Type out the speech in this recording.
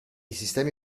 sistemi